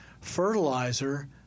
Fertilizer